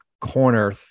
corner